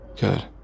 Good